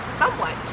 somewhat